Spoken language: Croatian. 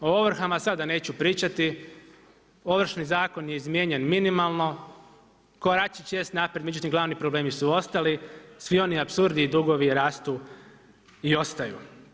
O ovrhama sada neću pričati, Ovršni zakon je izmijenjen minimalno, koračići jesu naprijed međutim glavni problemi su ostali, svi oni apsurdi i dugovi rastu i ostaju.